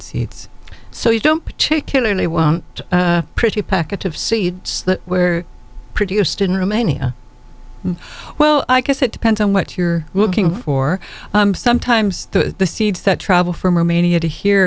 seeds so you don't particularly want pretty packet of seeds that where produced in romania well i guess it depends on what you're looking for sometimes the seeds that travel from romania to here